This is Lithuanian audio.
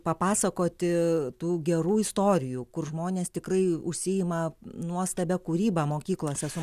papasakoti tų gerų istorijų kur žmonės tikrai užsiima nuostabia kūryba mokyklose su